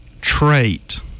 trait